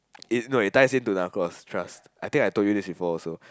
it's no it ties in to that Narcos I think I told you this before also